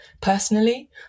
personally